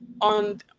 on